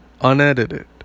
unedited